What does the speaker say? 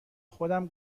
خودم